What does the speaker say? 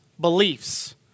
beliefs